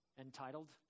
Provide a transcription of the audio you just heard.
entitled